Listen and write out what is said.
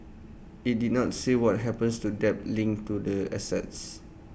IT did not say what happens to debt linked to the assets